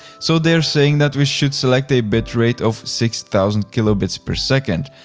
so they're saying that we should select a bit rate of six thousand kilobits per second.